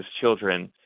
children